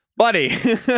Buddy